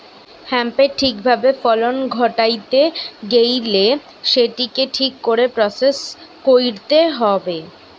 হেম্পের ঠিক ভাবে ফলন ঘটাইতে গেইলে সেটিকে ঠিক করে প্রসেস কইরতে হবে